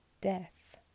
death